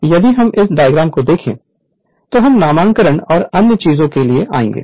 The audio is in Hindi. इसलिए यदि हम इस डायग्राम को देखें तो हम नामकरण और अन्य चीजों के लिए आएंगे